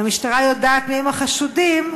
והמשטרה יודעת מי הם החשודים,